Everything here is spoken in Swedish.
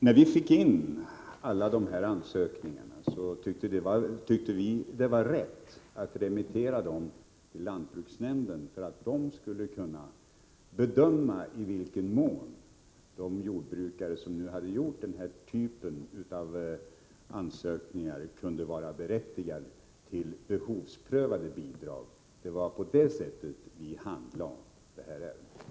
När vi fick in alla dessa ansökningar, tyckte vi emellertid att det var rätt att remittera dem till lantbruksnämnden för att man där skulle kunna bedöma i vilken mån de jordbrukare som hade gjort den här typen av ansökningar kunde vara berättigade till behovsprövade bidrag. Det var på det sättet vi handlade ärendet.